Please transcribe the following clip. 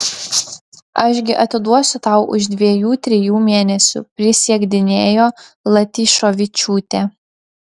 aš gi atiduosiu tau už dviejų trijų mėnesių prisiekdinėjo latyšovičiūtė